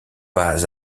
pas